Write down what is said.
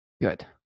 Good